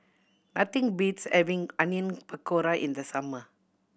nothing beats having Onion Pakora in the summer